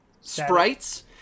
sprites